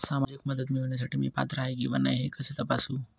सामाजिक मदत मिळविण्यासाठी मी पात्र आहे किंवा नाही हे कसे तपासू?